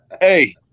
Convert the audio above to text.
Hey